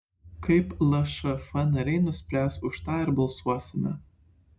kaip lšf nariai nuspręs už tą ir balsuosime